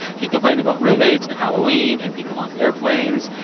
he complained about roommates, and halloween and people on airplanes.